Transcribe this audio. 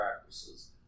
practices